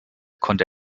konnte